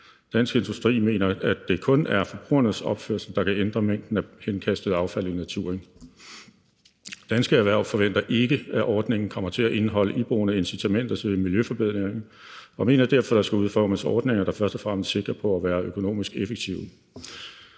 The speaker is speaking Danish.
Dansk Industri mener, at det kun er forbrugernes opførsel, der kan ændre på mængden af henkastet affald i naturen. Dansk Erhverv forventer ikke, at ordningen kommer til at indeholde iboende incitamenter til miljøforbedringer, og mener derfor, at der skal udformes ordninger, der først og fremmest sigter på at være økonomisk effektive.